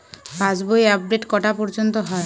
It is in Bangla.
পাশ বই আপডেট কটা পর্যন্ত হয়?